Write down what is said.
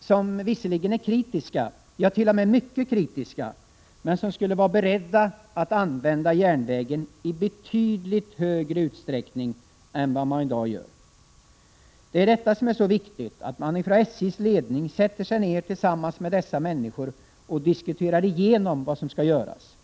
som visserligen är kritiska — ja, t.o.m. mycket kritiska — men som skulle vara beredda att använda järnvägen i betydligt större utsträckning än vad de i dag gör. Det är detta som är så viktigt, att SJ:s ledning sätter sig ned tillsammans med dessa människor och diskuterar igenom vad som skall göras.